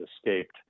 escaped